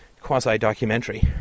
quasi-documentary